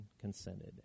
consented